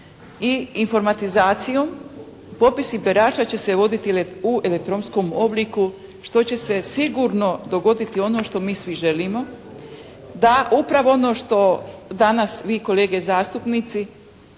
i informatizaciju, popisi birača će se voditi u elektronskom obliku što će se sigurno dogoditi ono što svi mi želimo da upravo ono što danas vi kolege zastupnici